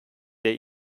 der